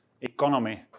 economy